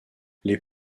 les